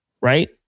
right